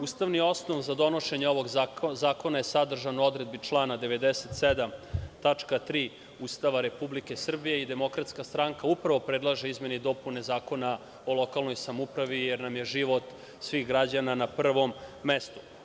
Ustavni osnov za donošenje ovog zakona je sadržan u odredbi člana 97. tačka 3. Ustava Republike Srbije i DS upravo predlaže izmene i dopune Zakona o lokalnoj samoupravi, jer nam je život svih građana na prvom mestu.